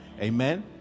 Amen